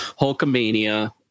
Hulkamania